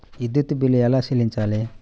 విద్యుత్ బిల్ ఎలా చెల్లించాలి?